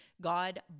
God